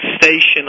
station